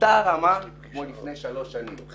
באותה הרמה כמו לפני שלוש שנים.